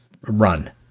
run